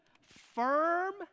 Firm